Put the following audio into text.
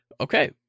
Okay